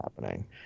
happening